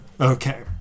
okay